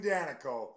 Danico